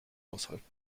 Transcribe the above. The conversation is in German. aushalten